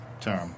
term